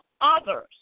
others